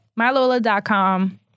mylola.com